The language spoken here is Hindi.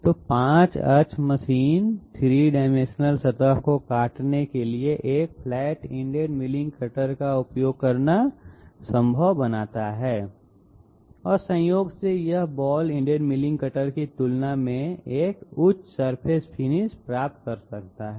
तो 5 अक्ष मशीन 3 डाइमेंशनल सतह को काटने के लिए एक फ्लैट इंडेड मिलिंग कटर का उपयोग करना संभव बनाता है और संयोग से यह बॉल इंडेड मिलिंग कटर की तुलना में एक उच्च सर्फेस फिनिश प्राप्त कर सकता है